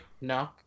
no